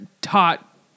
taught